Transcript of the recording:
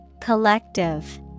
Collective